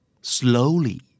Slowly